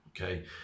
Okay